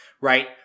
right